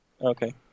Okay